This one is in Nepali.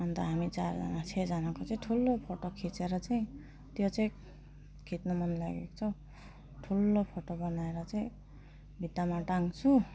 अन्त हामी चारजाना छजनाको चाहिँ ठुलो फोटो खिचेर चाहिँ त्यो चाहिँ खिच्नु मन लागेको छ ठुलो फोटो बनाएर चाहिँ भित्तामा टाँग्छु